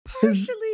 partially